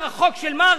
על החינוך החרדי,